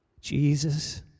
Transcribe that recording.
Jesus